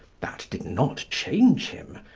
that did not change him.